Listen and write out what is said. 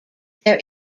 there